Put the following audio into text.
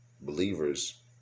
believers